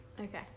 Okay